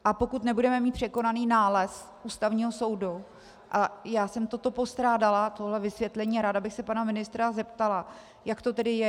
A pokud nebudeme mít překonaný nález Ústavního soudu, a já jsem toto postrádala, tohle vysvětlení, a ráda bych se pana ministra zeptala, jak to tedy je.